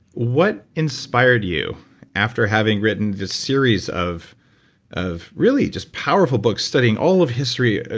what inspired you after having written the series of of really just powerful books studying all of history, ah